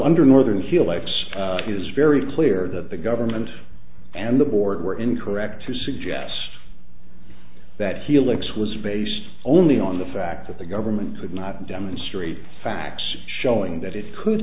under northern heel lights it is very clear that the government and the board were incorrect to suggest that helix was based only on the fact that the government could not demonstrate facts showing that it could